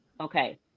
okay